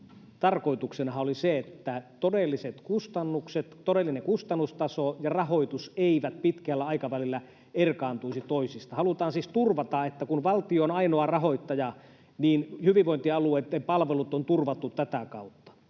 kustannukset, todellinen kustannustaso ja rahoitus eivät pitkällä aikavälillä erkaantuisi toisistaan. Halutaan siis turvata, että kun valtio on ainoa rahoittaja, niin hyvinvointialueitten palvelut on turvattu tätä kautta.